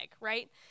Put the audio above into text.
right